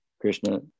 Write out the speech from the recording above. Krishna